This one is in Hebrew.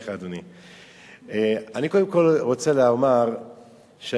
כול הוא עומד בצד,